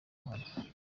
mahano